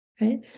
right